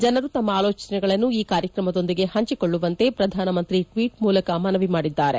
ಜನರು ತಮ್ನ ಆಲೋಚನೆಗಳನ್ನು ಈ ಕಾರ್ಯಕ್ರಮದೊಂದಿಗೆ ಹಂಚಿಕೊಳ್ಳುವಂತೆ ಪ್ರಧಾನಮಂತ್ರಿ ಟ್ವೀಟ್ ಮೂಲಕ ಮನವಿ ಮಾಡಿದ್ದಾರೆ